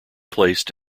placed